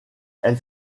elle